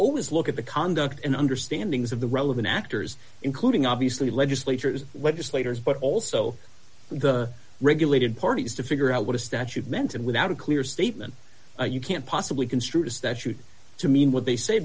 always look at the conduct and understanding of the relevant factors including obviously legislatures whether slater's but also the regulated parties to figure out what a statute meant and without a clear statement you can't possibly construed a statute to mean what they say